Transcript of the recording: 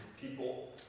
People